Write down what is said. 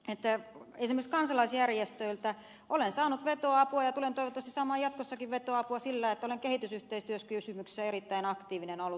esimerkiksi kansalaisjärjestöiltä olen saanut vetoapua ja tulen toivottavasti saamaan jatkossakin vetoapua sillä että olen kehitysyhteistyökysymyksissä erittäin aktiivinen ollut täällä